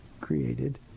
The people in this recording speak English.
created